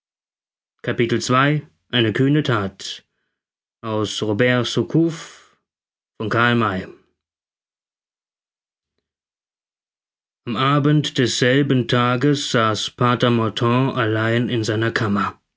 eine kühne that am abend desselben tages saß pater martin allein in seiner kammer